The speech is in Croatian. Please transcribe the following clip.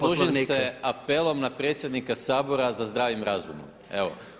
Služim se apelom na predsjednika Sabora za zdravim razumom, evo.